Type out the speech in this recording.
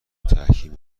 تحکیم